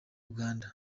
uganda